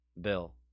bill